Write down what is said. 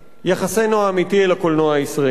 יחסנו האמיתי אל הקולנוע הישראלי,